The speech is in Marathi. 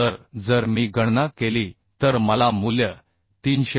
तर जर मी गणना केली तर मला मूल्य 334